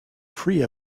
free